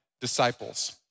disciples